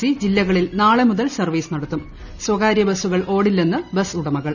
C ജില്ലകളിൽ നാളെ മുതൽ സർവ്വീസ് നടത്തും സ്വകാര്യ ബസ് ഓടില്ലെന്ന് ബസ്സുടമകൾ